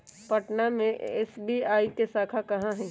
पटना में एस.बी.आई के शाखा कहाँ कहाँ हई